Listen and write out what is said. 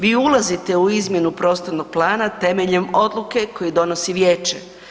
Vi ulazite u izmjenu prostornog plana temeljem odluke koje donosi vijeće.